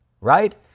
right